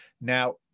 now